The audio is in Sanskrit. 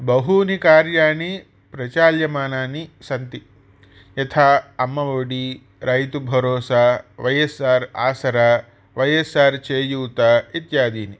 बहूनि कार्याणि प्रचाल्यमानानि सन्ति यथा आम्मावडी रायतुभोरोसा वयेसार् आसरा वयेसार् चेयूता इत्यादीनि